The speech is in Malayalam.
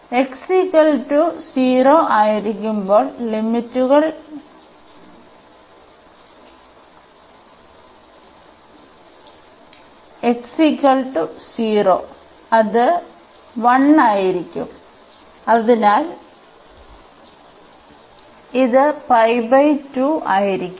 അതിനാൽ ആയിരിക്കുമ്പോൾ ലിമിറ്റുകൾ ആയിരിക്കുമ്പോൾ അത് 1 ആയിരിക്കും അതിനാൽ ഇത് ആയിരിക്കും